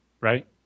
Right